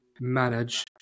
manage